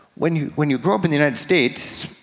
when you when you grow up in the united states,